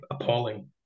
appalling